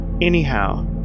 Anyhow